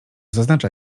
zaznacza